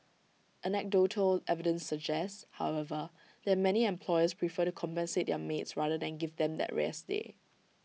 anecdotal evidence suggests however that many employers prefer to compensate their maids rather than give them that rest day